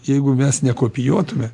jeigu mes nekopijuotume